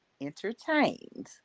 entertained